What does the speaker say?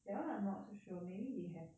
that one I'm not so sure maybe they have